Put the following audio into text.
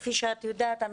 כמו שאת יודעת,